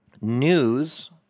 news